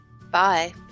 Bye